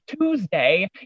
Tuesday